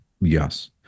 Yes